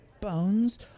bones